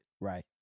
Right